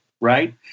right